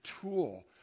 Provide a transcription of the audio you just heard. tool